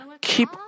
keep